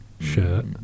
shirt